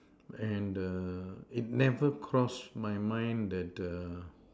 and the it never cross my mind that the